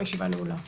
הישיבה נעולה.